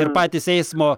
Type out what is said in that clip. ir patys eismo